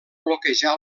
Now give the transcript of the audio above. bloquejar